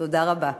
תודה רבה.